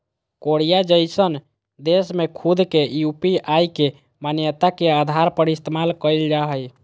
Korea जइसन देश में खुद के यू.पी.आई के मान्यता के आधार पर इस्तेमाल कईल जा हइ